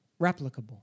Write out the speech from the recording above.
replicable